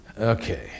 Okay